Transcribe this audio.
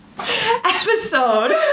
Episode